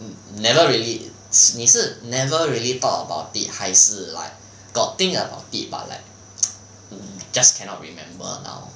um never really 是你是 never really thought about it 还是 like got think about it but like just cannot remember now